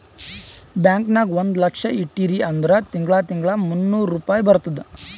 bank ನಾಗ್ ಒಂದ್ ಲಕ್ಷ ಇಟ್ಟಿರಿ ಅಂದುರ್ ತಿಂಗಳಾ ತಿಂಗಳಾ ಮೂನ್ನೂರ್ ರುಪಾಯಿ ಬರ್ತುದ್